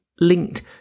linked